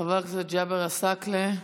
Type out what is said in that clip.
חבר הכנסת ג'אבר עסאקלה.